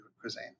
cuisine